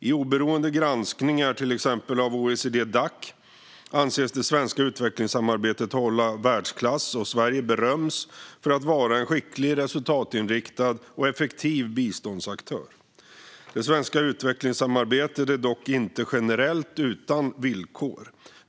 I oberoende granskningar, till exempel av OECD-Dac, anses det svenska utvecklingssamarbetet hålla världsklass, och Sverige beröms för att vara en skicklig, resultatinriktad och effektiv biståndsaktör. Det svenska utvecklingssamarbetet är dock inte generellt utan villkor.